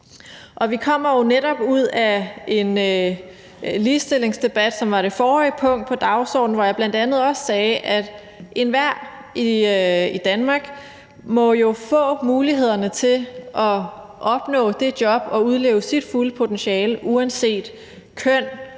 Vi kommer jo netop fra en ligestillingsdebat, som var det forrige punkt på dagsordenen, hvor jeg bl.a. også sagde, at enhver i Danmark jo må få mulighederne til at opnå det job, man vil have, og udleve sit fulde potentiale, uanset køn,